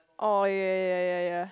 oh ya ya ya ya